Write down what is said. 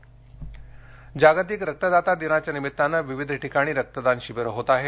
रक्तदान जागतिक रक्तदाता दिनाच्या निमित्ताने विविध ठिकाणीर रक्तदान शिबिर होत आहेत